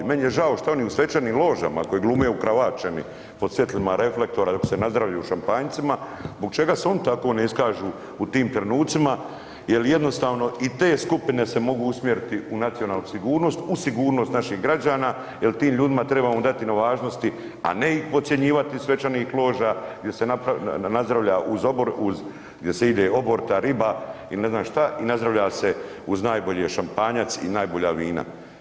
Meni je žao što oni u svečanim ložama, koji glume ukravaćeni pod svjetlima reflektora dok se nazdravljaju šampanjcima, zbog čega se oni tako ne iskažu u tim trenucima jer jednostavno i te skupine se mogu usmjeriti u nacionalnu sigurnost, u sigurnost naših građana jer tim ljudima trebamo dati na važnosti, a ne ih podcjenjivati iz svečanih loža gdje se nazdravlja uz obor, gdje se ide oborita riba i ne znam šta i nazdravlja se uz najbolje šampanjac i najbolja vina.